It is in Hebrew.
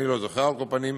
אני לא זוכר, על כל פנים.